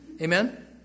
Amen